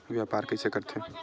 व्यापार कइसे करथे?